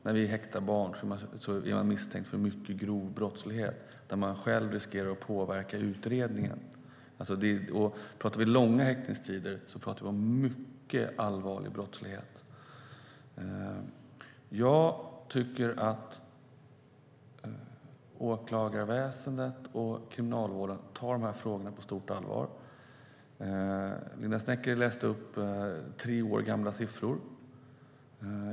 När vi häktar barn är de misstänkta för mycket grov brottslighet och riskerar att själva påverka utredningen. Om vi talar om långa häktningstider talar vi om mycket allvarlig brottslighet. Jag tycker att åklagarväsendet och Kriminalvården tar dessa frågor på mycket stort allvar. Linda Snecker läste upp tre år gamla siffror.